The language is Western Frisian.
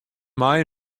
mei